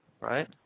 Right